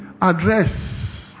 address